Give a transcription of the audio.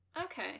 Okay